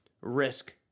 risk